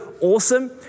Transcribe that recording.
awesome